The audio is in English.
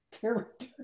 character